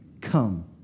come